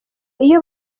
iyo